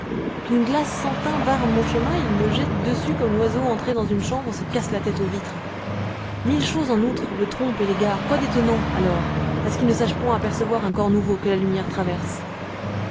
qu'une glace sans tain barre mon chemin il me jette dessus comme l'oiseau entré dans une chambre se casse la tête aux vitres mille choses en outre le trompent et l'égarent quoi d'étonnant alors à ce qu'il ne sache point apercevoir un corps nouveau que la lumière traverse